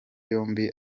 yombi